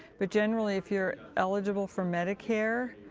but generally, if you're eligible for medicare,